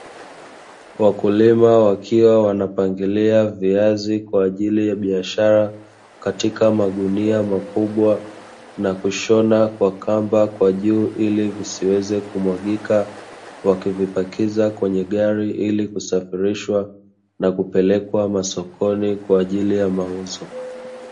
Wakulima wakiwa wanapangilia viazi kwa ajili ya biashara katika magunia makubwa, na kushona kwa kamba kwa juu ili visiweze kumwagika, wakivipakiza kwenye gari ili kusafirishwa na kupelekwa masokoni kwa ajili ya mauzo.